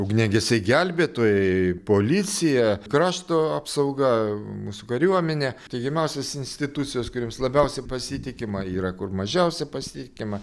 ugniagesiai gelbėtojai policija krašto apsauga mūsų kariuomenė teigiamiausios institucijos kuriomis labiausia pasitikima yra kur mažiausia pasitikima